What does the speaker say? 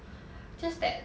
just that